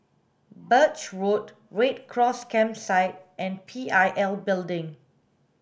Birch Road Red Cross Campsite and P I L Building